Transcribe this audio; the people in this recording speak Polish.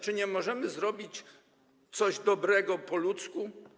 Czy nie możemy zrobić czegoś dobrego po ludzku?